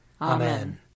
Amen